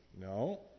No